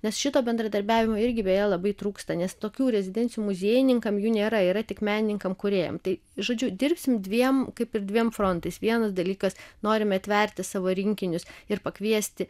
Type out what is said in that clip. nes šito bendradarbiavimo irgi beje labai trūksta nes tokių rezidencijų muziejininkams jų nėra yra tik menininkam kūrėjam tai žodžiu dirbsim dviem kaip ir dviem frontais vienas dalykas norime atverti savo rinkinius ir pakviesti